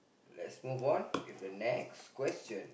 let's move on with the next question